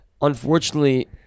Unfortunately